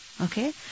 Okay